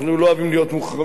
אנחנו לא אוהבים להיות מוחרמים.